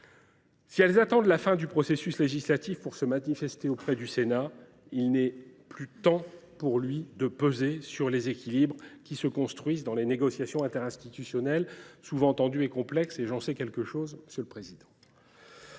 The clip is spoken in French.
Si elles attendent la fin du processus législatif pour se manifester auprès du Sénat, il n’est plus temps pour lui de peser sur les équilibres qui se construisent dans les négociations interinstitutionnelles, qui sont souvent tendues et complexes – j’en sais quelque chose, monsieur le président